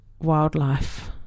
wildlife